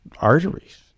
arteries